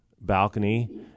balcony